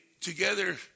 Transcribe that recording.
together